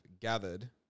gathered